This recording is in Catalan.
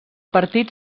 partit